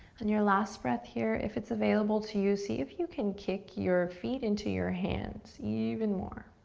and your last breath here, if it's available to you, see if you can kick your feet into your hands even more.